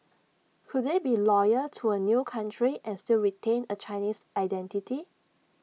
could they be loyal to A new country and still retain A Chinese identity